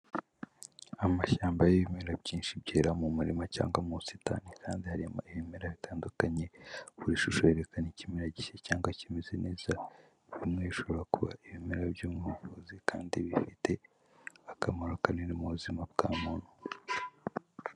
Amashyamba y'ibimera byinshi byera mu murima cyangwa mu busitani kandi harimo ibimera bitandukanye ku ishusho herekana ikimero gishya cyangwa kimeze neza bimwe bishoborara kuba ibimera by'ubuvuzi kandi bifite akamaro kanini mu buzima bwa muntu.